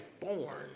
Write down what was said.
born